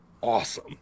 awesome